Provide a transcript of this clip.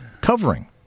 covering